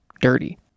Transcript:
dirty